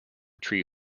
tree